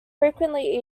frequently